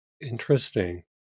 Interesting